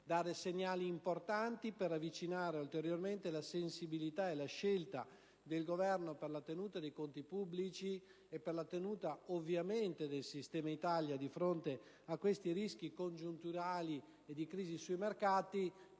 dare segnali importanti per avvicinare ulteriormente la sensibilità e la scelta del Governo in merito alla tenuta dei conti pubblici, e ovviamente del sistema Italia di fronte a questi rischi congiunturali e di crisi dei mercati,